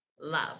love